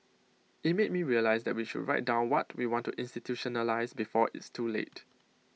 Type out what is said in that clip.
IT made me realise that we should write down what we want to institutionalise before it's too late